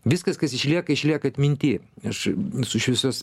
viskas kas išlieka išlieka atminty aš su šviesios